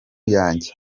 yanjye